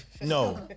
No